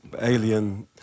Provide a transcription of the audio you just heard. alien